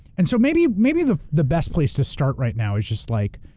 and so maybe maybe the the best place to start right now is just like,